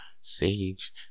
sage